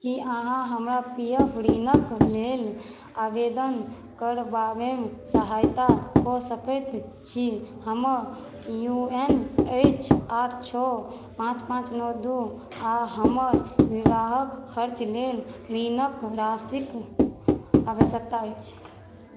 की अहाँ हमरा P F ऋणक लेल आवेदन करबाबेमे सहायता कऽ सकैत छी हमर यू एन अछि आठ छओ पाँच पाँच नओ दू आओर हमर विवाहक खर्च लेल ऋणक राशिक आवश्यकता अछि